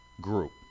group